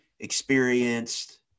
experienced